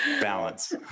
Balance